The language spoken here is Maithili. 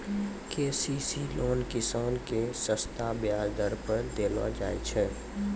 के.सी.सी लोन किसान के सस्ता ब्याज दर पर देलो जाय छै